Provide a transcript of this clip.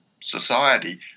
society